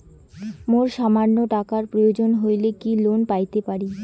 মোর সামান্য টাকার প্রয়োজন হইলে কি লোন পাইতে পারি?